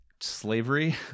slavery